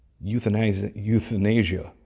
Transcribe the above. euthanasia